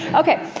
ah okay.